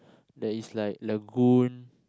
there is like Lagoon